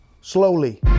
Slowly